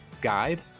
guide